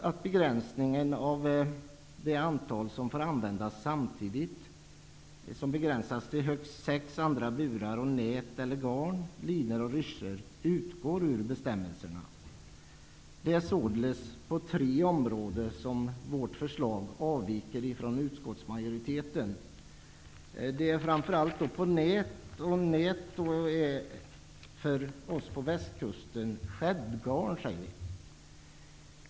Vi begär också att det antal som får användas samtidigt begränsas till högst 6 andra burar och nät eller garn. Linor och ryssjor utgår ur bestämmelserna. Det är således på tre områden som vårt förslag avviker från utskottsmajoritetens. Det gäller framför allt nät. Nät är för oss på Västkusten skäddgarn, säger vi.